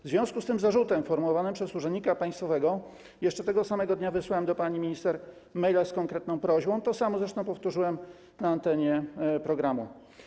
W związku z tym zarzutem formułowanym przez urzędnika państwowego jeszcze tego samego dnia wysłałem do pani minister maila z konkretną prośbą, to samo zresztą powtórzyłem na antenie programu.